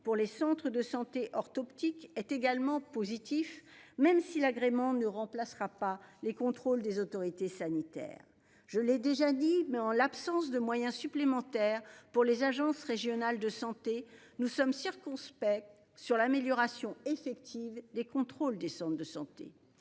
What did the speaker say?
pour les centres de santé or tu optique est également positif même si l'agrément ne remplacera pas les contrôles des autorités sanitaires. Je l'ai déjà dit mais en l'absence de moyens supplémentaires pour les agences régionales de santé. Nous sommes circonspecte sur l'amélioration effective des contrôles des de santé